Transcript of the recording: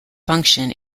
function